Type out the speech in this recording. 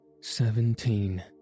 Seventeen